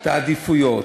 על העדיפויות.